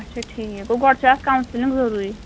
اچھا ٹھیٖکھ گوٚو گۄڈٕ چھِ اتھ کوسِلِنگ ضروٗری